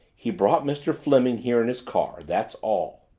he brought mr. fleming here in his car that's all.